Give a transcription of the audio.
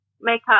Makeup